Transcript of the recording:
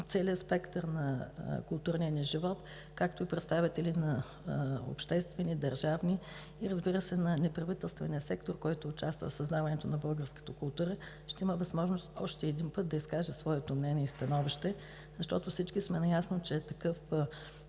целия спектър на културния ни живот, както и представители на обществени, държавни и, разбира се, неправителствения сектор, който участва в създаването на българската култура, ще има възможност още един път да изкаже своето мнение и становище, защото всички сме наясно, че такъв